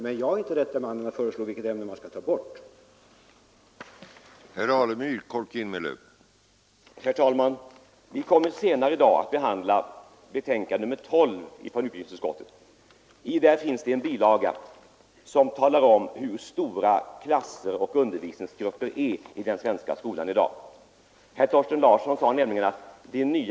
Jag är emellertid inte rätte mannen att föreslå vilket eller vilka ämnen man i så fall skulle ta bort.